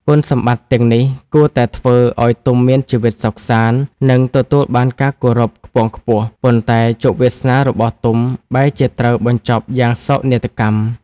គុណសម្បត្តិទាំងនេះគួរតែធ្វើឲ្យទុំមានជីវិតសុខសាន្ត និងទទួលបានការគោរពខ្ពង់ខ្ពស់ ប៉ុន្តែជោគវាសនារបស់ទុំបែរជាត្រូវបញ្ចប់យ៉ាងសោកនាដកម្ម។